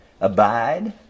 abide